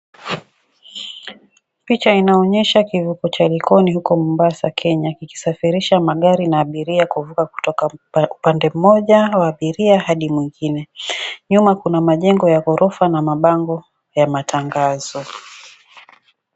Picha inaonyesha kivuko cha Likoni huko Mombasa Kenya ikisafirisha magari na abiria kuvuka kutoka pande moja wa abiria hadi mwingine. Nyuma kuna majengo ya ghorofa na mabango ya matangazo.